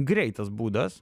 greitas būdas